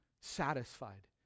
satisfied